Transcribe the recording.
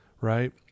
right